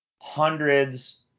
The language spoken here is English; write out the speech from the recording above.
hundreds